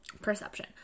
perception